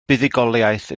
buddugoliaeth